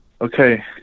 okay